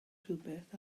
rhywbeth